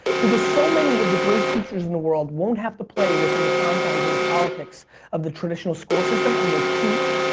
because so many of the great teachers in the world won't have to play within the confines of the politics of the traditional school system and will teach,